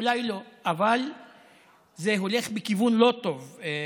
אולי לא, אבל זה הולך בכיוון לא טוב, מכובדיי.